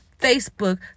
Facebook